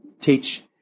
teach